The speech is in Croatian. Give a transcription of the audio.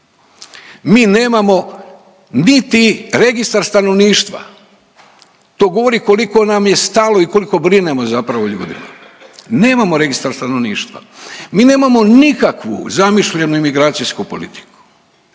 Mi nemamo niti registar stanovništva, to govori koliko nam je stalo i koliko brinemo zapravo o ljudima. Nemamo registar stanovništva, mi nemamo nikakvu zamišljenu imigracijsku politiku.